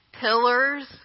Pillars